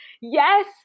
yes